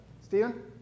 Stephen